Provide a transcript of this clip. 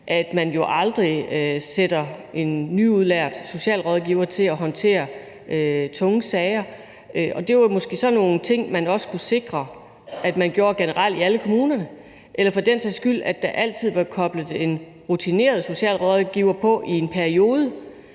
at man jo aldrig sætter en nyudlært socialrådgiver til at håndtere tunge sager, og det var måske sådan nogle ting, man også kunne sikre, at man gjorde generelt i alle kommunerne, eller for den sags skyld, at der i en periode altid var koblet en rutineret socialrådgiver på for ad den